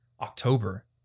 October